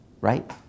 right